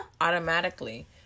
Automatically